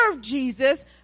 Jesus